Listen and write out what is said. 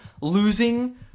losing